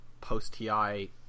post-TI